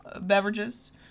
beverages